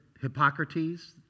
Hippocrates